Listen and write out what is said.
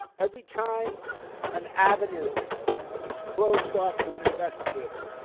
every time an avenue is closed off to an investigator,